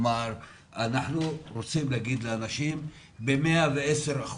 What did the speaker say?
אנחנו רוצים להגיד לאנשים ב-110%,